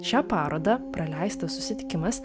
šią parodą praleistas susitikimas